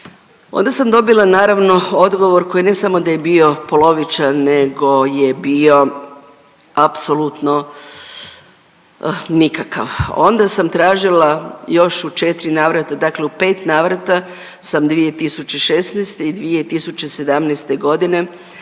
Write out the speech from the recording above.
Onda sam dobila naravno odgovor koji ne samo da je bio polovičan nego je bio apsolutno nikakav, onda sam tražila još u četiri navrata, dakle u pet navrata sam 2016. i 2017. godine